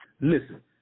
Listen